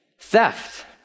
Theft